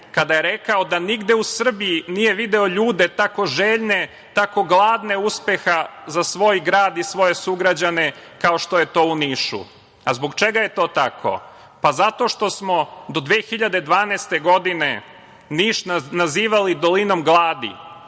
kada je rekao da nigde u Srbiji nije video ljude tako željne, tako gladne uspeha za svoj grad i svoje sugrađane, kao što je to u Nišu. A zbog čega je to tako? Zato što smo do 2012. godine Niš nazivali dolinom gladi.